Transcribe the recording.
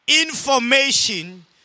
information